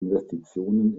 investitionen